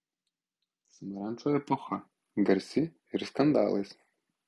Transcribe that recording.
samarančo epocha garsi ir skandalais